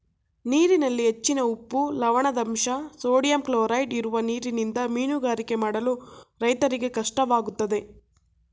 ನೀರಿನಲ್ಲಿ ಹೆಚ್ಚಿನ ಉಪ್ಪು, ಲವಣದಂಶ, ಸೋಡಿಯಂ ಕ್ಲೋರೈಡ್ ಇರುವ ನೀರಿನಿಂದ ಮೀನುಗಾರಿಕೆ ಮಾಡಲು ರೈತರಿಗೆ ಕಷ್ಟವಾಗುತ್ತದೆ